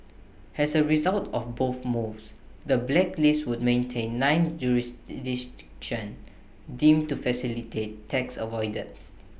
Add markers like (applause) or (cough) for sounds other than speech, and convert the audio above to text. as A result of both moves the blacklist would maintain nine (unintelligible) deemed to facilitate tax avoidance